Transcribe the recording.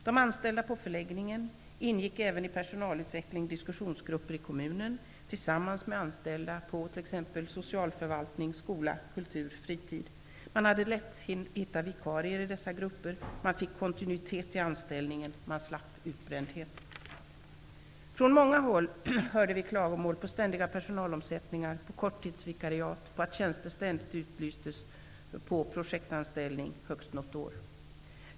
De anställda på förläggningen deltog även i personalutveckling och ingick i diskussionsgrupper i kommunen, tillsammans med anställda på t.ex. socialförvaltning, skola, kultur och fritid. Man hade lätt att hitta vikarier i dessa grupper, man fick kontinuitet i anställningen och man slapp utbrändhet. Från många håll hörde vi klagomål på ständiga personalomsättningar, på korttidsvikariat, på att tjänster ständigt utlystes som projektanställning högst något år.